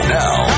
now